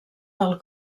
del